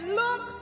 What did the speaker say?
look